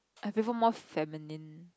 I prefer more feminine